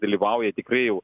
dalyvauja tikrai jau